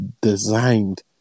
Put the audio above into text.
designed